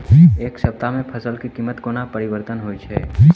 एक सप्ताह मे फसल केँ कीमत कोना परिवर्तन होइ छै?